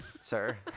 sir